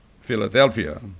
Philadelphia